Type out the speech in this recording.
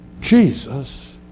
Jesus